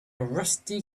rusty